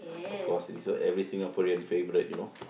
of course is a every Singaporean favourite you know